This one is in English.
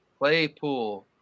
Playpool